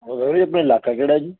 ਵਾਹਿਗੁਰੂ ਜੀ ਆਪਣਾ ਇਲਾਕਾ ਕਿਹੜਾ ਜੀ